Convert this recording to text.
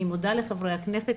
אני מודה לחברי הכנסת,